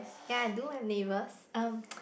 ya I do have neighbours um